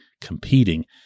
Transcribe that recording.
competing